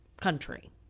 country